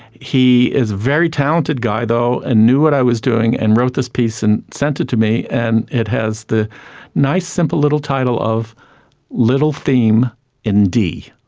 he is a very talented guy though and knew what i was doing and wrote this piece and sent it to me, and it has the nice simple little title of little theme in d.